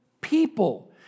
people